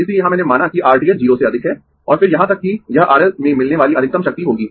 इसलिए यहाँ मैंने माना कि R t h 0 से अधिक है और फिर यहाँ तक कि यह R L में मिलने वाली अधिकतम शक्ति होगी